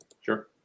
Sure